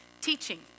teaching